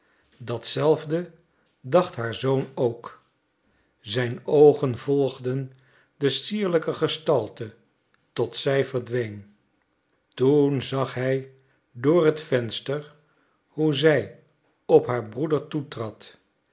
zelfde dacht haar zoon ook zijn oogen volgden de sierlijke gestalte tot zij verdween toen zag hij door het venster hoe zij op haar broeder toetrad